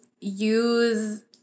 use